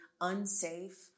unsafe